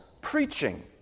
preaching